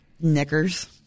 knickers